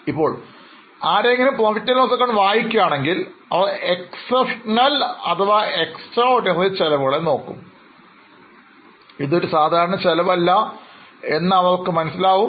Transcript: ഇപ്പോൾ ആരെങ്കിലും PL വായിക്കുകയാണെങ്കിൽ അവർ exceptional അഥവാ extraordinary ചെലവുകളെ നോക്കും ഇതൊരു സാധാരണ ചെലവ് അല്ല എന്ന് അവർക്ക് മനസ്സിലാകും